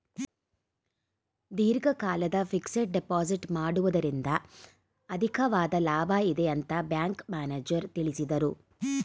ದೀರ್ಘಕಾಲದ fixed deposit ಮಾಡುವುದರಿಂದ ಅಧಿಕವಾದ ಲಾಭ ಇದೆ ಅಂತ ಬ್ಯಾಂಕ್ ಮ್ಯಾನೇಜರ್ ತಿಳಿಸಿದರು